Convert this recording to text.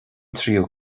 tríú